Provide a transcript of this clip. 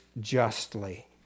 justly